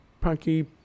punky